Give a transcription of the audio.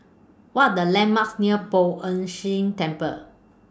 What Are The landmarks near Poh Ern Shih Temple